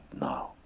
now